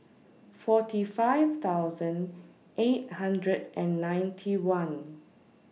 forty five thousand eight hundred and ninety one